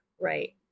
Right